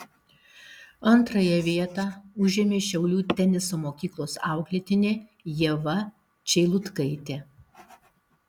antrąją vietą užėmė šiaulių teniso mokyklos auklėtinė ieva čeilutkaitė